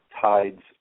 Tides